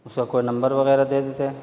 تو کوئی نمبر وغیرہ دے دیتے